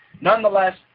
Nonetheless